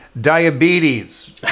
diabetes